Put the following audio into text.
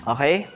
Okay